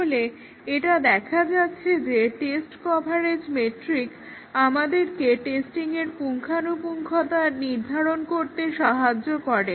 তাহলে এটা দেখা যাচ্ছে যে টেস্ট কভারেজ মেট্রিক আমাদেরকে টেস্টিংয়ের পুঙ্খানুপুঙ্খতা নির্ধারণ করতে সাহায্য করে